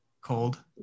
cold